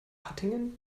hattingen